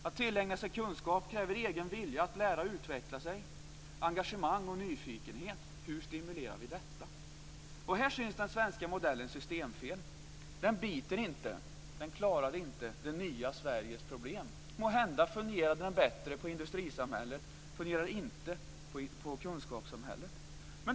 Att tillägna sig kunskap kräver egen vilja att lära och att utveckla sig, engagemang och nyfikenhet. Här syns den svenska modellens systemfel. Den biter inte på det nya Sveriges problem. Måhända fungerade den bättre i industrisamhället, men den fungerar inte i kunskapssamhället.